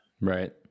right